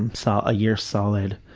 and so a year solid,